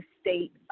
state